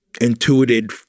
intuited